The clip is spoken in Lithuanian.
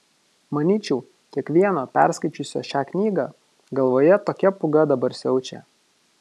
manyčiau kiekvieno perskaičiusio šią knygą galvoje tokia pūga dabar siaučia